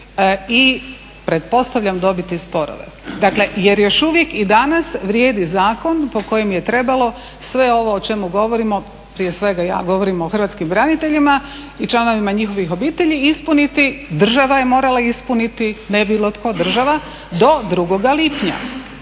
i pretpostavljam dobiti sporove. Dakle jer još uvijek i danas vrijedi zakon po kojem je trebalo sve ovo o čemu govorimo, prije svega ja govorim o hrvatskim braniteljima i članovima njihovih obitelji, ispuniti, država je morala ispuniti, ne bilo tko, država, do 2. lipnja.